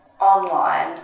online